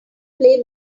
play